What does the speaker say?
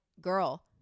girl